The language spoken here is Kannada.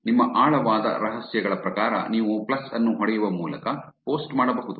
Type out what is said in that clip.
ನಿಮ್ಮ ಆಳವಾದ ರಹಸ್ಯಗಳ ಪ್ರಕಾರ ನೀವು ಪ್ಲಸ್ ಅನ್ನು ಹೊಡೆಯುವ ಮೂಲಕ ಪೋಸ್ಟ್ ಮಾಡಬಹುದು